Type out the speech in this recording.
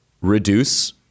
reduce